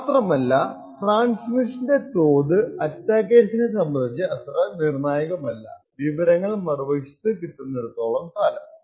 മാത്രമല്ല ട്രാൻസ്മിഷന്റെ തോത് അറ്റാക്കർസിനെ സംബന്ധിച്ച് അത്ര നിർണ്ണായകമല്ല വിവരങ്ങൾ മറുവശത്തു കിട്ടുന്നിടത്തോളം കാലം